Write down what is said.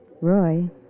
Roy